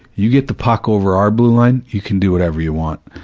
you get the puck over our blue line, you can do whatever you want.